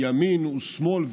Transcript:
ימין ושמאל,